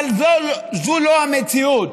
אבל זאת לא המציאות,